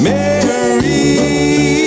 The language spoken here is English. Mary